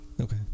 Okay